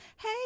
Hey